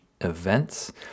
events